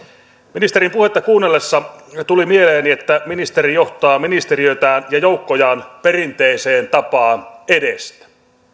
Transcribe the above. ministerin puhetta kuunnellessa tuli mieleeni että ministeri johtaa ministeriötään ja joukkojaan perinteiseen tapaan edestä